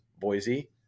Boise